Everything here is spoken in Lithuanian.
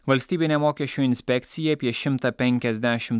valstybinė mokesčių inspekcija apie šimtą penkiasdešim